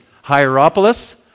Hierapolis